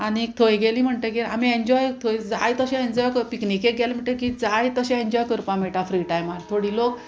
आनीक थंय गेली म्हणटगीर आमी एन्जॉय थंय जाय तशें एन्जॉय कर पिकनिकेक गेले म्हणटगीर जाय तशें एन्जॉय करपा मेयटा फ्री टायमार थोडी लोक